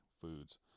foods